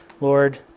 Lord